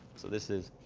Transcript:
so this is.